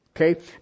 Okay